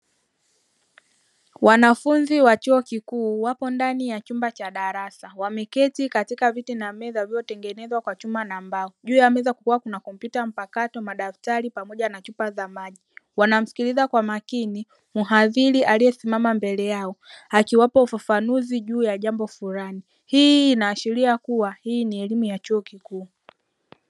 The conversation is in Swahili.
Wanafunzi wa chuo kikuu wapo ndani ya chumba cha darasa, wameketi katika viti na meza vilivyotengenezwa kwa chuma na mbao. Juu ya meza kukiwa kuna: kompyuta mpakato, madaftari pamoja na chupa za maji; wanamsikiliza kwa makini mhadhiri aliyesimama mbele yao akiwapa ufafanuzi juu ya jambo fulani. Hii inaashiria kuwa hii ni elimu ya chuo kikuu.